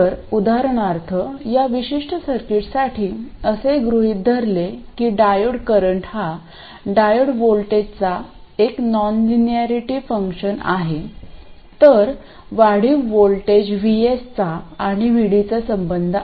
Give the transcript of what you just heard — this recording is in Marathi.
तर उदाहरणार्थ या विशिष्ट सर्किटसाठी असे गृहित धरले की डायोड करंट हा डायोड व्होल्टेजचा एक नॉनलिनॅरिटी फंक्शन आहे तर वाढीव व्होल्टेज VS चा आणि VD चा संबंध आहे